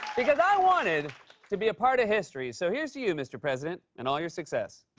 because i wanted to be a part of history. so here's to you, mr. president, and all your success.